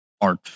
art